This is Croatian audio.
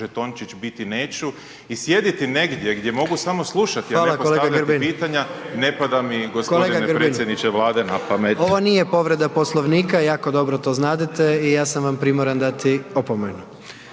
žetončić biti neću i sjediti negdje gdje mogu samo slušati, a ne postavljati pitanja ne pada mi gospodine predsjedniče Vlade na pamet. **Jandroković, Gordan (HDZ)** Ovo nije povreda Poslovnika, jako dobro to znadete i ja sam vam primoran dati opomenu.